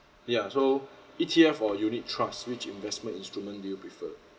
ya so E_T_F or unit trust which investment instrument do you prefer